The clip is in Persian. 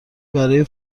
برای